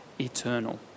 eternal